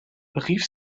rief